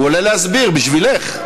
הוא עולה להסביר, בשבילך.